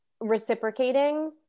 reciprocating